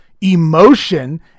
emotion